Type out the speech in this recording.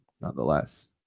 nonetheless